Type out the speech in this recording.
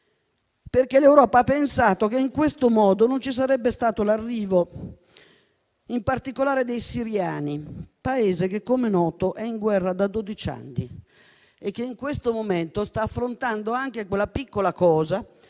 perché l'Europa ha pensato che in questo modo non ci sarebbe stato l'arrivo in particolare dei siriani, il cui Paese, com'è noto, è in guerra da dodici anni e che in questo momento sta affrontando anche quella piccola cosa